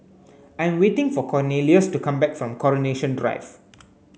I'm waiting for Cornelious to come back from Coronation Drive